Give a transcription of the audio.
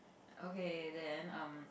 okay then um